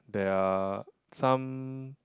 there are some